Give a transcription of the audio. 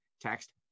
Text